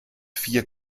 vier